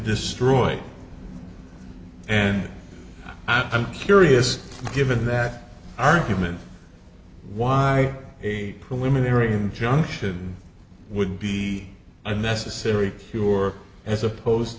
destroyed and i'm curious given that argument why a preliminary injunction would be unnecessary sure as opposed